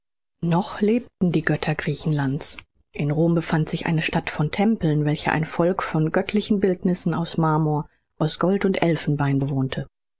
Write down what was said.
noch lebten die götter griechenlands in rom befand sich eine stadt von tempeln welche ein volk von göttlichen bildnissen aus marmor aus gold und elfenbein bewohnte